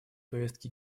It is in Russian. повестки